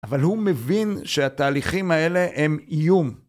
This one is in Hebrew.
אבל הוא מבין שהתהליכים האלה הם איום.